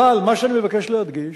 אבל מה שאני מבקש להדגיש,